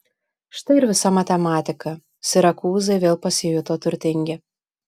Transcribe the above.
štai ir visa matematika sirakūzai vėl pasijuto turtingi